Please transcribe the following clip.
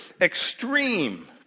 extreme